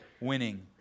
winning